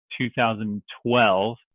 2012